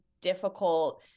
difficult